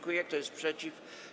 Kto jest przeciw?